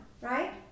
Right